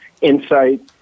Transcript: insights